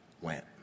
went